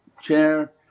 chair